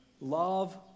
love